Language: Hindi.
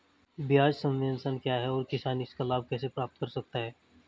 ब्याज सबवेंशन क्या है और किसान इसका लाभ कैसे प्राप्त कर सकता है?